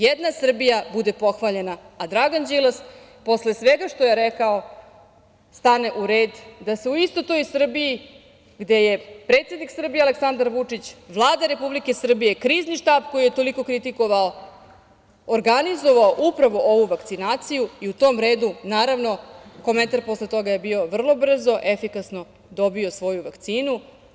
Jedna Srbija bude pohvaljena, a Dragan Đilas posle svega što je rekao stane u red da se u istoj toj Srbiji gde je predsednik Srbije Aleksandar Vučić, Vlada Republike Srbije, Krizni štab koji je tom prilikom kritikovao, organizovao upravo ovu vakcinaciju i u tom redu, naravno komentar posle toga je bio vrlo brzo, efikasno dobio svoju vakcinu.